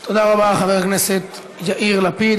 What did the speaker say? תודה רבה לחבר הכנסת יאיר לפיד.